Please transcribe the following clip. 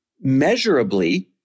measurably